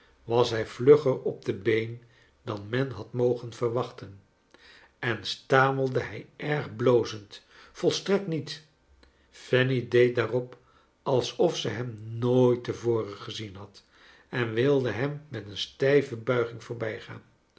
was hij vlugger op de been dan men had mogen verwachten en stamelde hij erg biozend volstrekt niet fanny deed daarop alsof zij hem nooit te voren gezien had en wilde hem met een stijve buiging voorbijgaan